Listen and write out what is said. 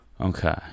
Okay